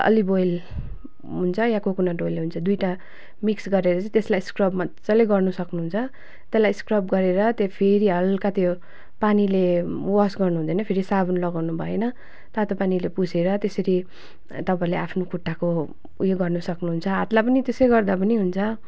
अलिभ ओयल हुन्छ या कोकोनट ओयल हुन्छ दुईवटा मिक्स गरेर चाहिँ त्यसलाई स्रबमा मजाले गर्न सक्नुहुन्छ त्यसलाई स्क्रब गरेर त्यो फेरि हल्का त्यो पानीले वास गर्नुहुँदैन फेरि साबुन लगाउनु भएन तातो पानीले पुछेर त्यसरी तपाईँहरूले आफ्नो खुट्टाको उयो गर्न सक्नुहुन्छ हातलाई पनि त्यसै गर्दा पनि हुन्छ